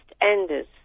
Enders